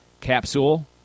capsule